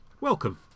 Welcome